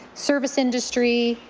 service industry,